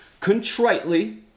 contritely